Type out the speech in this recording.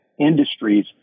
industries